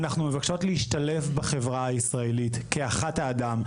אנחנו רק מבקשות להשתלב בחברה הישראלית כאחת האדם,